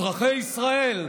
אזרחי ישראל,